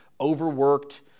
overworked